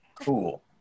cool